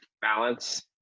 balance